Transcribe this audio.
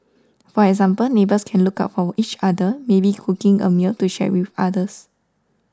for example neighbours can look out for each other maybe cooking a meal to share with others